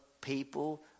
people